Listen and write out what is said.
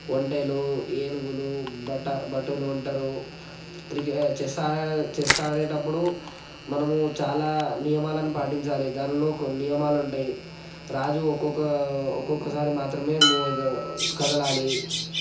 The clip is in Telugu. ఒంటెలు ఏనుగులు భట భటులు ఉంటరు క్రికెట్ చెస్ చెస్ ఆడేటప్పుడు మనము చాలా నియమాలను పాటించాలి దానిలో కొన్ని నియమాలు ఉంటాయి రాజు ఒక్కొక్క ఒక్కొక్కసారి మాత్రమే మూవ్ అవుతుంది కదలాలి